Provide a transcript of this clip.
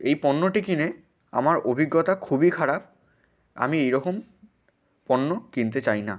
এই পণ্যটি কিনে আমার অভিজ্ঞতা খুবই খারাপ আমি এরকম পণ্য কিনতে চাই না